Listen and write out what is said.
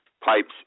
pipes